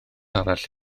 arall